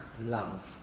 love